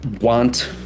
want